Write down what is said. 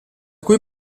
cui